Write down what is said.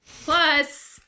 Plus